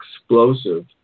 explosive